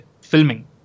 filming